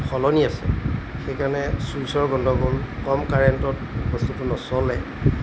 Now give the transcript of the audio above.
সলনি আছে সেইকাৰণে চুইচৰ গণ্ডগোল কম কাৰেণ্টত বস্তুটো নচলে